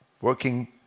working